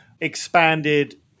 expanded